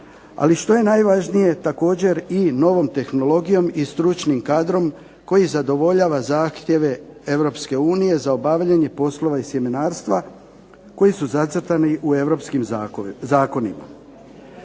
ali što je najvažnije također i novom tehnologijom i stručnim kadrom koji zadovoljava zahtjeve Europske unije za obavljanje poslova sjemenarstva koji su zacrtani u Europskim zakonima.